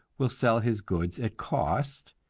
will sell his goods at cost,